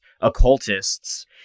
occultists